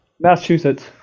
Massachusetts